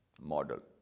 model